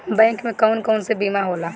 Bank में कौन कौन से बीमा होला?